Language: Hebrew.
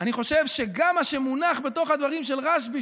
אני חושב שגם מה שמונח בדברים של רשב"י,